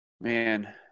Man